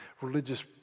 religious